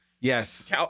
Yes